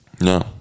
no